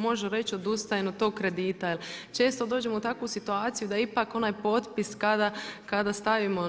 Može reći odustajem od tog kredita, jer često dođemo u takvu situaciju da ipak onaj potpis kada stavimo